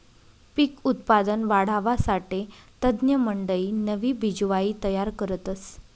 पिक उत्पादन वाढावासाठे तज्ञमंडयी नवी बिजवाई तयार करतस